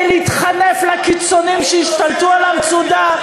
להתחנף לקיצוניים שהשתלטו על המצודה.